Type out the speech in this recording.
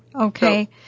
Okay